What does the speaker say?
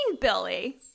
Billy